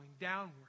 downward